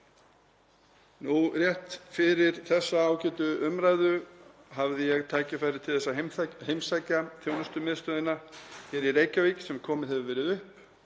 Rétt fyrir þessa ágætu umræðu hafði ég tækifæri til að heimsækja þjónustumiðstöðina í Reykjavík sem komið hefur verið upp.